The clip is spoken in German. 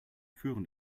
führend